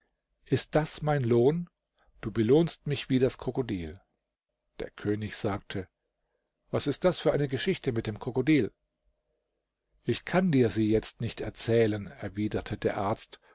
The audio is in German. ist das mein lohn du belohnst mich wie das krokodil der könig sagte was ist das für eine geschichte mit dem krokodil ich kann dir sie jetzt nicht erzählen erwiderte der arzt